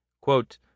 Quote